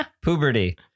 Puberty